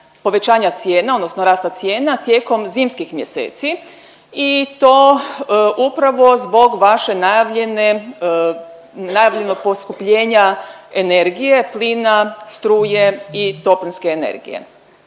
povećanja cijena odnosno rasta cijena tijekom zimskih mjeseci i to upravo zbog vaše najavljene, najavljenog poskupljenja energije, plina, struje i toplinske energije.